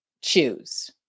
choose